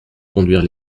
conduire